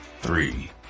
three